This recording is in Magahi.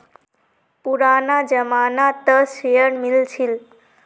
पुराना जमाना त शेयर मिल छील